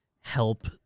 help